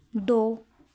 ਦੋ